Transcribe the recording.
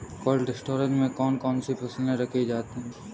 Cold storage में कौन कौन सी फसलें रखी जाती हैं?